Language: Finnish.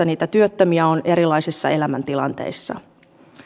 niitä työttömiä on erilaisissa elämäntilanteissa